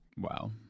wow